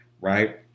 right